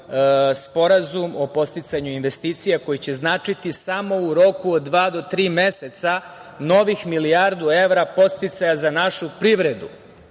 Sporazum o podsticanju investicija koji će značiti samo u roku od dva do tri meseca novih milijardu evra podsticaja za našu privredu.